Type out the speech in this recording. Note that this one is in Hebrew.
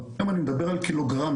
והיום אני מדבר על קילוגרמים.